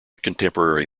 contemporary